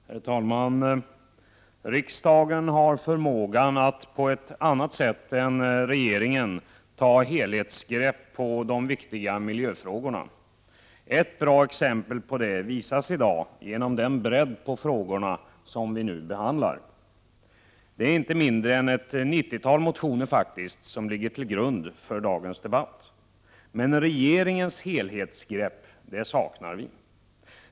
Herr talman! Riksdagen har förmågan att på ett annat sätt än regeringen ta helhetsgrepp på de viktiga miljöfrågorna. Ett bra exempel på det visas i dag genom bredden på de frågor som vi nu behandlar. Det är inte mindre än ett 90-tal motioner som ligger till grund för dagens debatt. Men regeringens helhetsgrepp saknar vi.